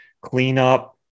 cleanup